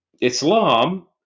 Islam